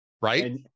right